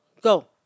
Go